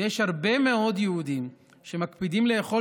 ויש הרבה מאוד יהודים שמקפידים לאכול